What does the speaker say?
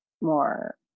more